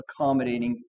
accommodating